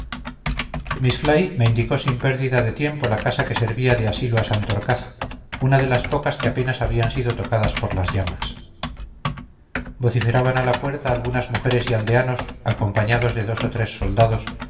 fly me indicó sin pérdida de tiempo la casa que servía de asilo a santorcaz una de las pocas que apenas habían sido tocadas por las llamas vociferaban a la puerta algunas mujeres y aldeanos acompañados de dos o tres soldados